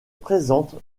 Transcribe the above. présente